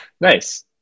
Nice